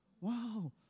Wow